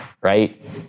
right